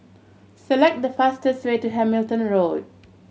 select the fastest way to Hamilton Road